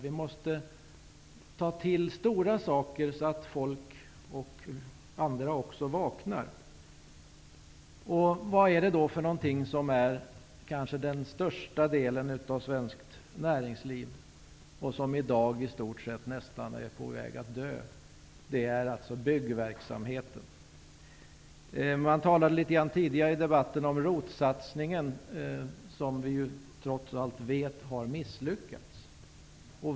Vi måste ta till stora saker så att människor vaknar. Vad är det då för någonting som utgör den kanske största delen av svenskt näringsliv men som i dag i stort sett är på väg att dö ut? Jo, det är byggverksamheten. Det har tidigare i debatten talats litet grand om den ROT-satsning som vi ju vet trots allt har misslyckats.